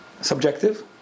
subjective